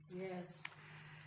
Yes